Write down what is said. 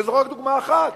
וזאת רק דוגמה אחת.